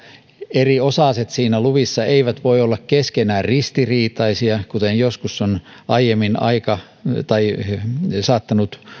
eri osaset luvissa eivät voi olla keskenään ristiriitaisia kuten joskus aiemmin on saattanut